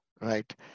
Right